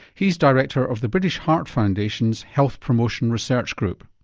he's director of the british heart foundation's health promotion research group.